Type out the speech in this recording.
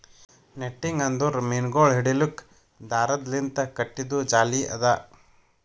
netting ಅಂದುರ್ ಮೀನಗೊಳ್ ಹಿಡಿಲುಕ್ ದಾರದ್ ಲಿಂತ್ ಕಟ್ಟಿದು ಜಾಲಿ ಅದಾ